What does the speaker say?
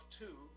two